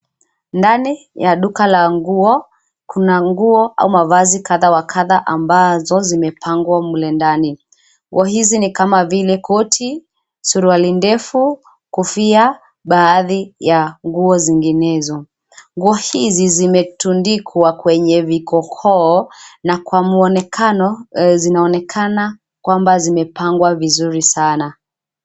Ndani ya duka la nguo kuna nguo au mavazi kadha wa kadha ambazo zimepangwa mle ndani. Nguo hizi ni kama vile koti, suruali ndefu, kofia baadhi ya nguo zinginezo. Nguo hizi zimetundikwa kwenye vikokoo na kwa muonekano zinaonekana kwamba zimepangwa vizuri sana.